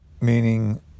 meaning